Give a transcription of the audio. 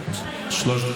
כל הכבוד